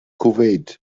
kuwait